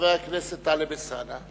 חבר הכנסת טלב אלסאנע.